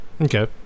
okay